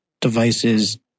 devices